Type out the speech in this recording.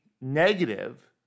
negative